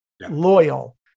loyal